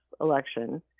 election